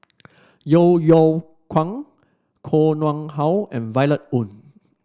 Yeo Yeow Kwang Koh Nguang How and Violet Oon